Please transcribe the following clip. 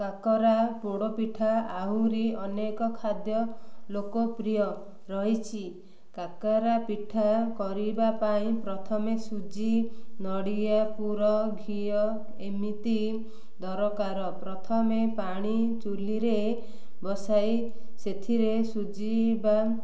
କାକରା ପୋଡ଼ ପିଠା ଆହୁରି ଅନେକ ଖାଦ୍ୟ ଲୋକପ୍ରିୟ ରହିଛି କାକରା ପିଠା କରିବା ପାଇଁ ପ୍ରଥମେ ସୁଜି ନଡ଼ିଆ ପୁର ଘିଅ ଏମିତି ଦରକାର ପ୍ରଥମେ ପାଣି ଚୁଲିରେ ବସାଇ ସେଥିରେ ସୁଜିି ବା